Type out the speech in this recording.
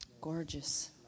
gorgeous